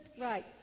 Right